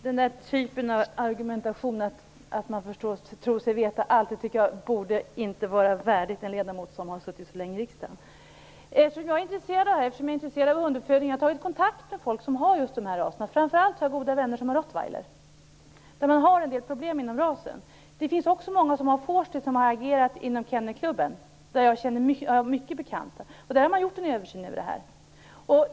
Herr talman! Den där typen av argumentation om att man tror sig veta allt tycker jag inte borde vara värdig en ledamot som har suttit så länge i riksdagen. Eftersom jag är intresserad av hunduppfödning har jag tagit kontakt med folk som har just de här raserna. Framför allt har jag goda vänner som har rottweiler, som ju är en ras där man har en del problem. Det finns också många som har vorsteh som har agerat inom Kennelklubben. Där har jag många bekanta, och där har man gjort en översyn över det här.